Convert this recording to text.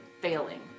failing